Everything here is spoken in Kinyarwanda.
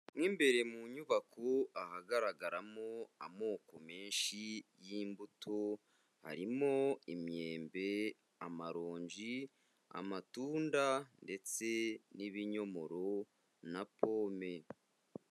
Mo imbere mu nyubako ahagaragaramo amoko menshi y'imbuto, harimo imyembe, amaronji, amatunda ndetse n'ibinyomoro na pome.